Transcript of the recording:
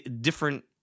different